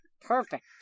perfect